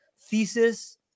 thesis